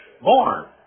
born